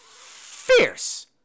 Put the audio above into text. fierce